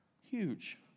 huge